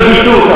זה לא נכון,